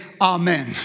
amen